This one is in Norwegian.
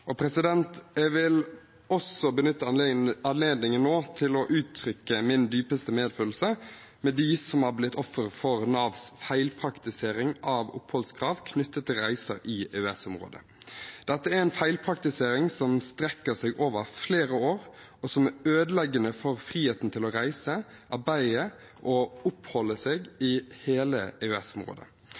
den fortjener. Jeg vil også benytte anledningen nå til å uttrykke min dypeste medfølelse med dem som har blitt offer for Navs feilpraktisering av oppholdskrav knyttet til reiser i EØS-området. Dette er en feilpraktisering som strekker seg over flere år, og som er ødeleggende for friheten til å reise, arbeide og oppholde seg i hele